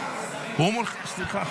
סליחה,